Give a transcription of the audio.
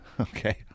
Okay